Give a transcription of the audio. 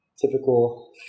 Typical